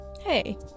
hey